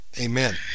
Amen